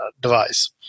device